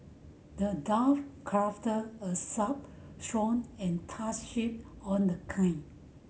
the dwarf crafted a sharp sword and tough shield on the kind